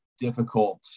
Difficult